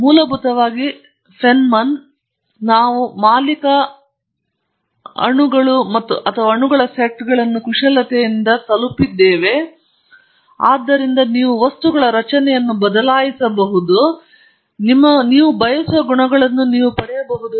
ಮತ್ತು ಮೂಲಭೂತವಾಗಿ ಫೆನ್ಮನ್ ನಾವು ಮಾಲಿಕ ಅಣುಗಳು ಅಥವಾ ಅಣುಗಳ ಸೆಟ್ಗಳನ್ನು ಕುಶಲತೆಯಿಂದ ನಾವು ಪಾಯಿಂಟ್ ತಲುಪಿದ್ದೇವೆ ಎಂದು ಹೇಳಿದ್ದೇವೆ ಮತ್ತು ಆದ್ದರಿಂದ ನೀವು ವಸ್ತುಗಳ ರಚನೆಯನ್ನು ಬದಲಾಯಿಸಬಹುದು ಇದರಿಂದ ನೀವು ಬಯಸುವ ಗುಣಗಳನ್ನು ನೀವು ಪಡೆಯಬಹುದು